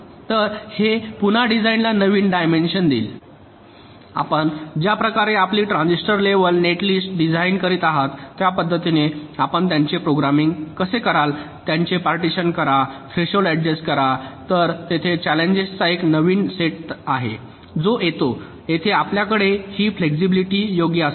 तर हे पुन्हा डिझाइनला नवीन डायमेन्शन देईल आपण ज्या प्रकारे आपली ट्रान्झिस्टर लेव्हल नेटलिस्ट डिझाइन करीत आहात त्या पद्धतीने आपण त्यांचे प्रोग्रामिंग कसे कराल त्यांचे पार्टीशन करा थ्रेशोल्ड अड्जस्ट करा तर तेथे चाललेंजेसचा एक नवीन सेट आहे जो येतो येथे आपल्याकडे ही फ्लेक्सिबिलिटी योग्य असल्यास